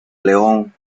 león